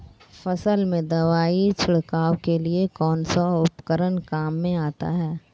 फसल में दवाई छिड़काव के लिए कौनसा उपकरण काम में आता है?